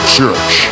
Church